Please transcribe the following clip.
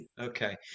okay